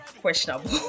questionable